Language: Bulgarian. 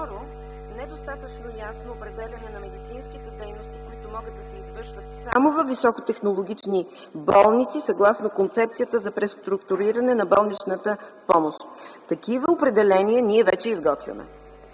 2. Недостатъчно ясно определяне на медицинските дейности, които могат да се извършват само във високотехнологични болници съгласно концепцията за преструктуриране на болничната помощ. Такива определения ние вече изготвяме.